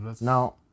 Now